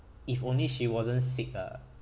if only she wasn't sick ah